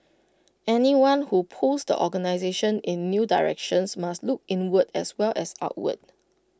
anyone who pulls the organisation in new directions must look inward as well as outward